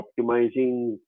optimizing